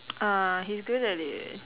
uh he's good at it